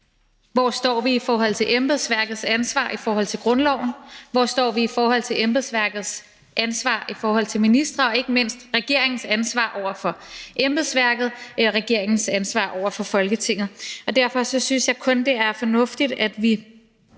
vi står i forhold til embedsværkets ansvar i forhold til grundloven, og hvor vi står i forhold til embedsværkets ansvar i forhold til ministre, og ikke mindst hvor vi står i forhold til regeringens ansvar over for embedsværket og regeringens ansvar over for Folketinget. Derfor synes jeg, det kun er fornuftigt, at vi